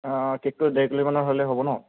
কেকটো ডেৰ কিলোমানৰ হ'লেই হ'ব ন